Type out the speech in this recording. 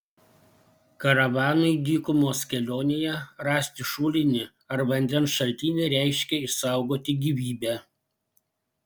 karavanui dykumos kelionėje rasti šulinį ar vandens šaltinį reiškė išsaugoti gyvybę